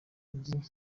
by’i